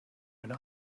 eine